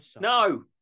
No